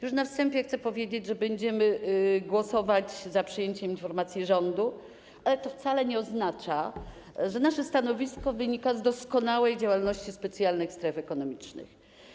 Już na wstępie chcę powiedzieć, że będziemy głosować za przyjęciem informacji rządu, ale to wcale nie oznacza, że nasze stanowisko wynika z doskonałej działalności specjalnych stref ekonomicznych.